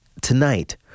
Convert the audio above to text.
Tonight